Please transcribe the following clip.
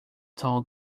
tall